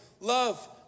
love